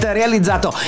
realizzato